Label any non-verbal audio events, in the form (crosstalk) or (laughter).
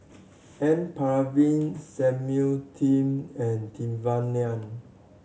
N Palanivelu Samuel (unintelligible) and Devan Nair